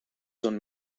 son